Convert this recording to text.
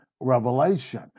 revelation